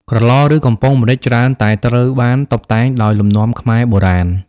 ក្រឡ ឬ កំប៉ុងម្រេចច្រើនតែត្រូវបានតុបតែងដោយលំនាំខ្មែរបុរាណ។